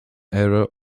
error